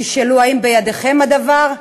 אם תשאלו: האם בידיכם הדבר?